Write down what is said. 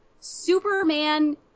Superman